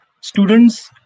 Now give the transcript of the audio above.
students